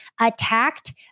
attacked